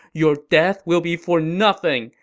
your death will be for nothing.